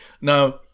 Now